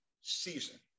season